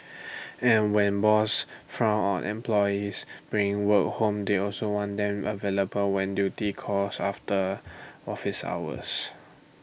and when boss frown on employees bring work home they also want them available when duty calls after office hours